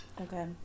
Okay